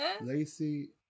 Lacey